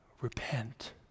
repent